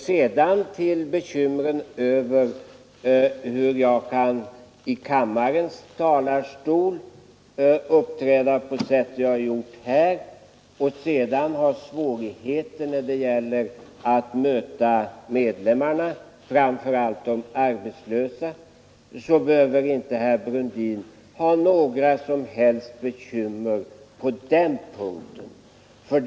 Sedan behöver herr Brundin inte ha några som helst bekymmer för att jag skall få svårigheter när jag möter medlemmarna — framför allt de arbetslösa — efter att i kammarens talarstol ha uppträtt på ett sådant sätt som jag gjort.